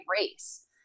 race